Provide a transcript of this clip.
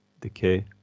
decay